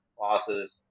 losses